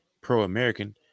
pro-american